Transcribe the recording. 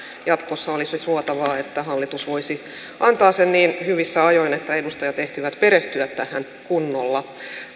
jatkossa olisi suotavaa että hallitus voisi antaa sen niin hyvissä ajoin että edustajat ehtivät perehtyä tähän kunnolla